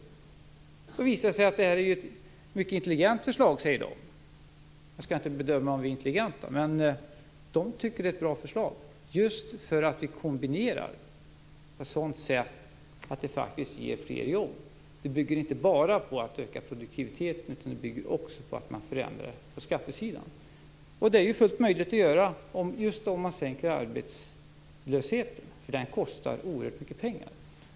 Det har visat sig att de tycker att det är ett mycket intelligent förslag. Jag skall inte bedöma om vi är intelligenta. Men de tycker att det är ett bra förslag just därför att det kombinerar på ett sådant sätt att det ger fler jobb. Det bygger inte bara på att öka produktiviteten utan också på att man förändrar skattesidan. Det är fullt möjligt att göra om man minskar arbetslösheten. Den kostar oerhört mycket pengar.